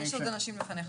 רגע, יש עוד אנשים לפניך.